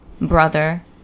brother